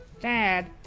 Dad